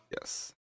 Yes